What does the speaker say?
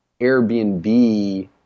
Airbnb